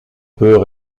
peut